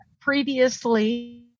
previously